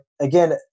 again